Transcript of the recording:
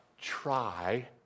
try